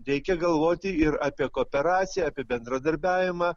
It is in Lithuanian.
reikia galvoti ir apie kooperaciją apie bendradarbiavimą